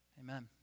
Amen